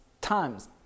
times